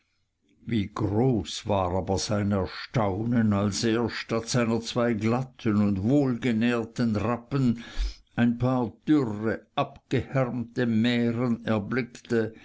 wie groß war aber sein erstaunen als er statt seiner zwei glatten und wohlgenährten rappen ein paar dürre abgehärmte mähren erblickte